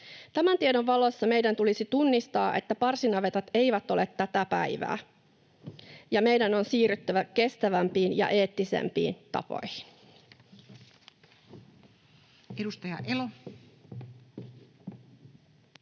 Tämän tiedon valossa meidän tulisi tunnistaa, että parsinavetat eivät ole tätä päivää ja meidän on siirryttävä kestävämpiin ja eettisempiin tapoihin. [Speech 199]